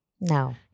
no